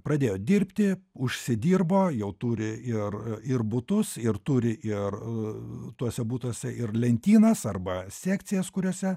pradėjo dirbti užsidirbo jau turi ir ir butus ir turi ir tuose butuose ir lentynas arba sekcijas kuriose